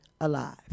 alive